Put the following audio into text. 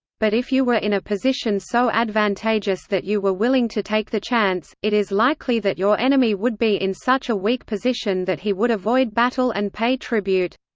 but if you were in a position so advantageous that you were willing to take the chance, it is likely that your enemy would be in such a weak position that he would avoid battle and pay tribute.